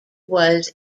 was